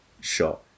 shot